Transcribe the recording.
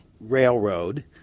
railroad